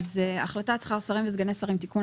החלטת שכר שרים וסגני שרים (תיקון),